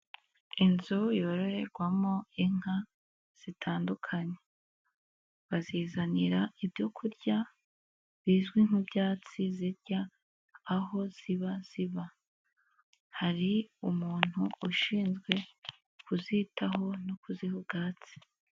Inzu yororerwamo inka zitandukanye bazizanira ibyo kurya bizwi nk'ibyatsi zirya aho ziba ziba, hari umuntu ushinzwe kuzitaho no kuziha ubwatsi.